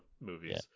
movies